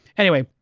anyway,